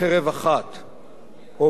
או ייקוב הדין את ההר,